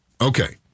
Okay